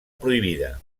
prohibida